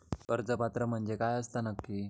कर्ज पात्र म्हणजे काय असता नक्की?